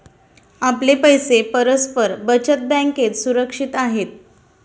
आपले पैसे परस्पर बचत बँकेत सुरक्षित आहेत